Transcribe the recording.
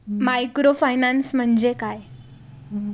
Microfinance म्हणजे काय?